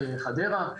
חדרה.